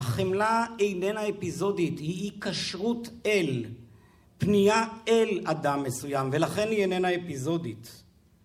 החמלה איננה אפיזודית, היא היקשרות אל, פנייה אל אדם מסוים, ולכן היא איננה אפיזודית.